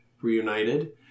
reunited